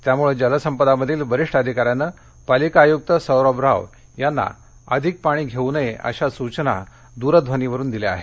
त्यामुळे जलसंपदामधील वरिष्ठ अधिकाऱ्यानं पालिका आयुक्त सौरभ राव यांना अधिक पाणी घेऊ नये अशा सुघना दूरध्वनीवरून दिल्या आहेत